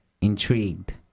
intrigued